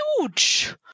huge